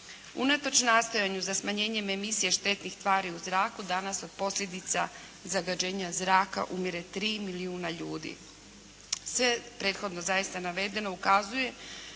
Unatoč nastojanju za smanjenjem emisija štetnih tvari u zraku danas od posljedica zagađenja zraka umire 3 milijuna ljudi. Sve prethodno zaista navedeno ukazuje